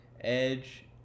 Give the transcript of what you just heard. Edge